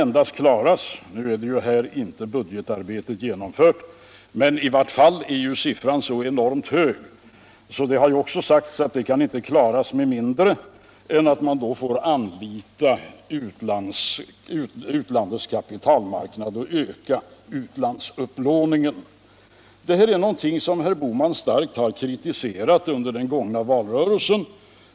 Nu är ju inte budgetarbetet genomfört, men siffran är så enormt hög att en sådan upplåning inte kan klaras med mindre än att man får anlita utlandets kapitalmarknader och öka utlandsupplåningen. Detta är någonting som herr Bohman starkt har kritiserat under den gångna valrörelsen.